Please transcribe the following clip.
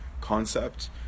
concept